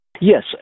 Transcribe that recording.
Yes